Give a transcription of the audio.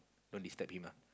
don't disturb him lah